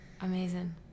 amazing